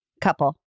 couple